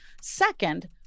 Second